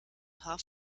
paar